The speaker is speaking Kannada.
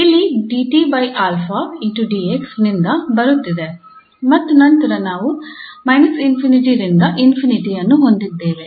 ಇಲ್ಲಿ 𝑑𝑥 ನಿಂದ ಬರುತ್ತಿದೆ ಮತ್ತು ನಂತರ ನಾವು −∞ ರಿಂದ ∞ ಅನ್ನು ಹೊಂದಿದ್ದೇವೆ